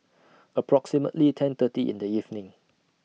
approximately ten thirty in The evening